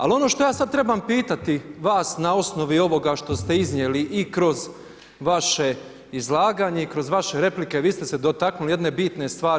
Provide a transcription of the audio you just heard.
Ali ono što ja sad trebam pitati vas na osnovi ovoga što ste iznijeli i kroz vaše izlaganje i kroz vaše replike vi ste se dotaknuli jedne bitne stvari.